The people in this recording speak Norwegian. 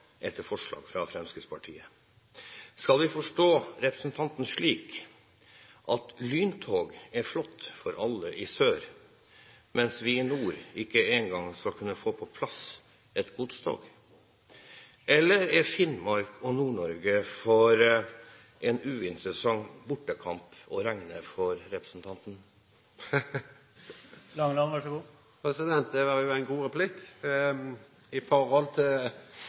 etter forslag fra Fremskrittspartiet. Skal vi forstå representanten slik at lyntog er flott for alle i sør, mens vi i nord ikke engang skal kunne få på plass et godstog? Eller er Finnmark og Nord-Norge for en uinteressant bortekamp å regne for representanten? Det var jo ein god